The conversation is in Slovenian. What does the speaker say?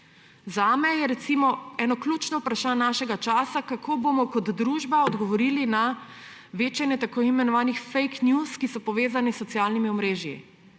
Zame je recimo eno ključnih vprašanj našega časa, kako bomo kot družba odgovorili na večanje tako imenovanih fake news, ki so povezane s socialnimi omrežji.